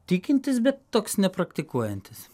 tikintis bet toks nepraktikuojantis